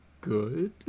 good